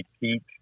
peak